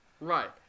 Right